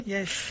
Yes